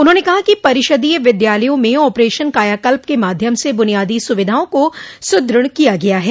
उन्होंने कहा कि परिषदीय विद्यालयों में ऑपरेशन काया कल्प के माध्यम से बुनियादी सुविधाओं को सुदृढ़ किया गया है